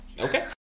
Okay